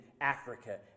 Africa